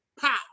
pow